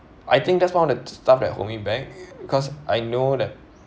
I think that's one of the stuff that hold me back cause I know that